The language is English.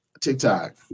TikTok